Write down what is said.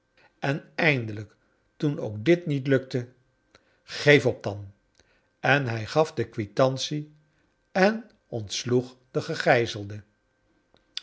en eindelijk toen ook dit niet lukte geef op danl en hij gaf de kwitantie en ontsloeg den gegijzelde